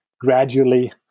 gradually